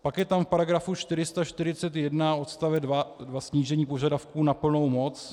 Pak je tam v § 441 odst. 2 snížení požadavků na plnou moc.